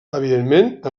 evidentment